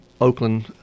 Oakland